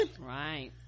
Right